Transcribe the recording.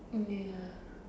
ya